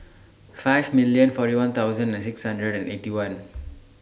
five million forty one thousand and six hundred and Eighty One